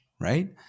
right